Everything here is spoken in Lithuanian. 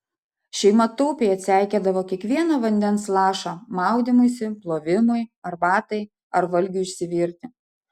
šeima taupiai atseikėdavo kiekvieną vandens lašą maudymuisi plovimui arbatai ar valgiui išsivirti